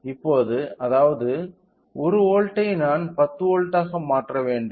இப்போது அதாவது 1 வோல்ட் ஐ நான் 10 வோல்ட்டாக மாற்ற வேண்டும்